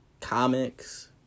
comics